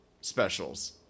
specials